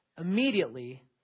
Immediately